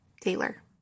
Taylor